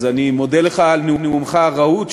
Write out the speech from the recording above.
אז אני מודה לך על נאומך הרהוט,